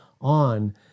on